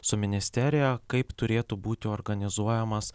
su ministerija kaip turėtų būti organizuojamas